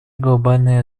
глобальной